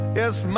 yes